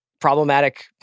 problematic